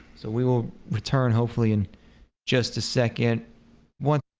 so we will return all fleeing just a second one